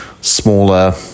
smaller